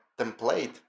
template